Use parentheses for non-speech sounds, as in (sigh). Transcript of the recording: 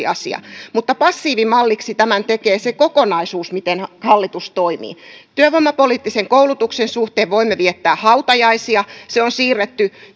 (unintelligible) asia mutta passiivimalliksi tämän tekee se kokonaisuus miten hallitus toimii työvoimapoliittisen koulutuksen suhteen voimme viettää hautajaisia se on siirretty